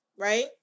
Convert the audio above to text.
Right